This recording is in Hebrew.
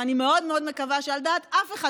ואני מאוד מאוד מקווה שעל דעת אף אחד